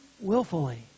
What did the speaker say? Willfully